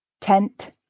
tent